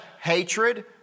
Hatred